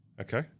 Okay